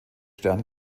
stern